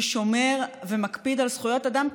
ששומר ומקפיד על זכויות אדם,